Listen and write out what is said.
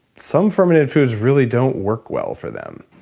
some fermented foods really don't work well for them.